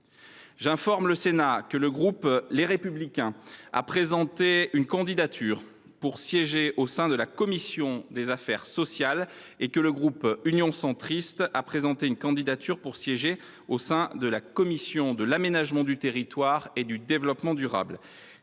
J’informe le Sénat que le groupe Les Républicains a présenté une candidature pour siéger au sein de la commission des affaires sociales et que le groupe Union Centriste a présenté une candidature pour siéger au sein de la commission de l’aménagement du territoire et du développement durable.